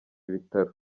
bitaro